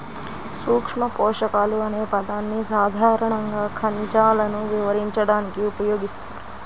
సూక్ష్మపోషకాలు అనే పదాన్ని సాధారణంగా ఖనిజాలను వివరించడానికి ఉపయోగిస్తారు